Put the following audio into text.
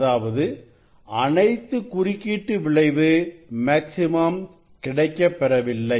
அதாவது அனைத்து குறுக்கீட்டு விளைவு மேக்ஸிமம் கிடைக்கப்பெறவில்லை